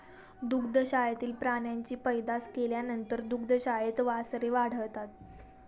दुग्धशाळेतील प्राण्यांची पैदास केल्यानंतर दुग्धशाळेत वासरे वाढतात